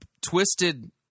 twisted